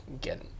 get